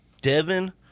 Devin